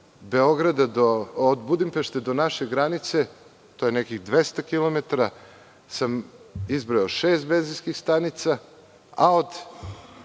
tako da od Budimpešte do naše granice, to je nekih 200 kilometara, izbrojao sam šest benzinskih stanica, a od